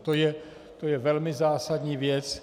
To je velmi zásadní věc.